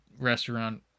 restaurant